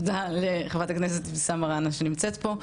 ולחברת הכנסת אבתיסאם מרעאנה שנמצאת פה,